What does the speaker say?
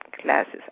classes